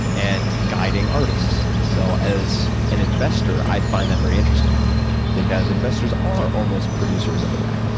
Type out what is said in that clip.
and guiding artists. so as an investor, i find that very interesting because investors are almost producers, in a way.